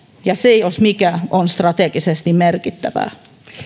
ja se jos mikä on strategisesti merkittävää